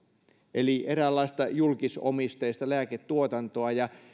eli eräänlaista julkisomisteista lääketuotantoa